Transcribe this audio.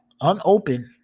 unopened